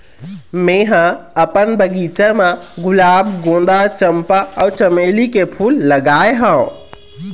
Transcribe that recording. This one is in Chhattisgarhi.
मेंहा अपन बगिचा म गुलाब, गोंदा, चंपा अउ चमेली के फूल लगाय हव